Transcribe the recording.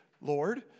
Lord